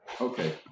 Okay